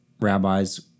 rabbis